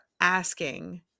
asking